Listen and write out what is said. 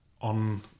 on